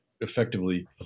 effectively